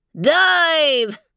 Dive